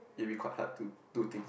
it be quite hard to do things